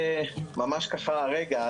זה ממש קרה הרגע,